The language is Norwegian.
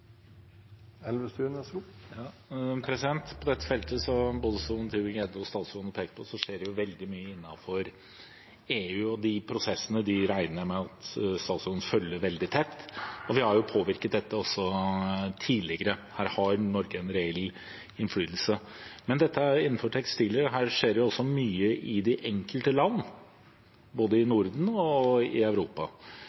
På dette feltet, som både Tybring-Gjedde og statsråden peker på, skjer det veldig mye innenfor EU, og de prosessene regner jeg med at statsråden følger veldig tett. Vi har påvirket dette også tidligere. Her har Norge en reell innflytelse. Innenfor tekstiler skjer det også mye i de enkelte land, både i